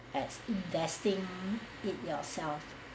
as investing in yourself